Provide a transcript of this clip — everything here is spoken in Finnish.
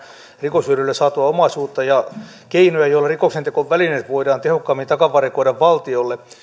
rikoshyödyllä saatua omaisuutta ja keinoja joilla rikoksentekovälineet voidaan tehokkaammin takavarikoida valtiolle